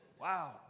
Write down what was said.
Wow